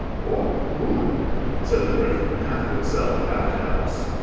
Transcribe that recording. what fun said the gryphon, half to itself, half to alice.